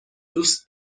دوست